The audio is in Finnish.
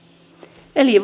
eli